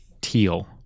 Teal